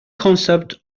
concept